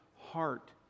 heart